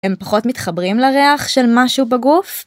הם פחות מתחברים לריח של משהו בגוף?